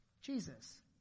Jesus